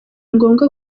ngombwa